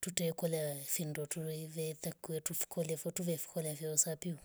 tute kulya findo turuve vakwo tufkolya tuvefukolya vyawo usambi